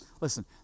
Listen